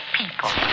people